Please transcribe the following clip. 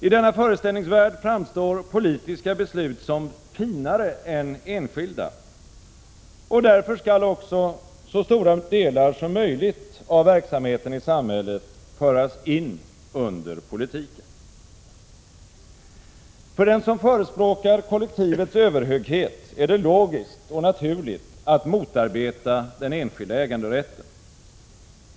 I denna föreställningsvärld framstår politiska beslut som finare än enskilda. Därför skall också så stora delar som möjligt av verksamheten i samhället föras in under politiken. För den som förespråkar kollektivets överhöghet är det logiskt och naturligt att motarbeta den enskilda äganderätten.